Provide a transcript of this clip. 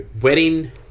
wedding